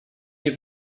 nie